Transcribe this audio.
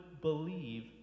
believe